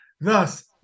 Thus